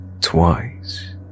twice